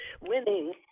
winning